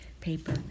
paper